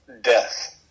death